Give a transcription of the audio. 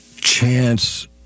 chance